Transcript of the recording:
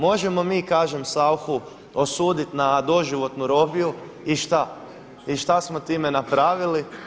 Možemo mi kažem SAuchu osuditi na doživotnu robiju i šta smo time napravili?